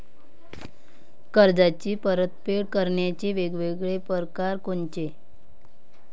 कर्जाची परतफेड करण्याचे वेगवेगळ परकार कोनचे?